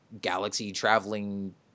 galaxy-traveling